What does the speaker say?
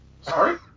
Sorry